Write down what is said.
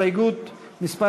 הסתייגות מס'